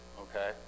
okay